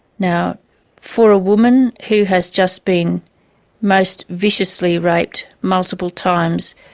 now for a woman who has just been most viciously raped multiple times,